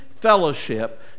fellowship